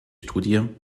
studie